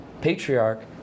patriarch